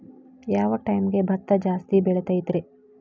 ಯಾವ ಟೈಮ್ಗೆ ಭತ್ತ ಜಾಸ್ತಿ ಬೆಳಿತೈತ್ರೇ?